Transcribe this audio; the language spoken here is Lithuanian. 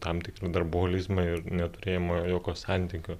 tam tikrą darboholizmą ir neturėjimą jokio santykio